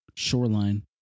Shoreline